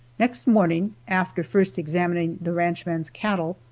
next morning, after first examining the ranchman's cattle,